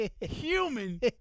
human